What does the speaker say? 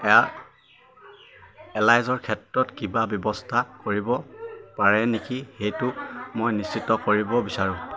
এয়া এলাইজৰ ক্ষেত্ৰত কিবা ব্যৱস্থা কৰিব পাৰে নেকি সেইটো মই নিশ্চিত কৰিব বিচাৰোঁ